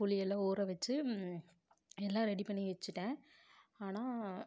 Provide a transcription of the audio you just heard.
புளியெல்லாம் ஊற வெச்சு எல்லாம் ரெடி பண்ணி வெச்சுட்டேன் ஆனால்